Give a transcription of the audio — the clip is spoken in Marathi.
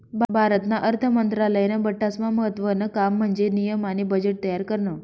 भारतना अर्थ मंत्रालयानं बठ्ठास्मा महत्त्वानं काम म्हन्जे नियम आणि बजेट तयार करनं